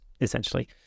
essentially